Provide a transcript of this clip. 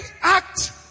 act